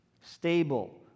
stable